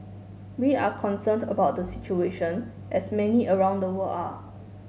we are concerned about the situation as many around the world are